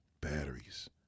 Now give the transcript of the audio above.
batteries